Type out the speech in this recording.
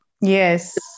Yes